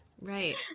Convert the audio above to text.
right